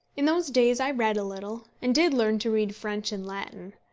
in those days i read a little, and did learn to read french and latin.